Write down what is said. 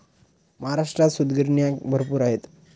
महाराष्ट्रात सूतगिरण्या भरपूर आहेत